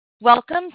Welcome